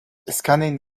scanning